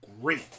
great